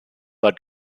but